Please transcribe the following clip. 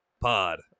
pod